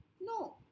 No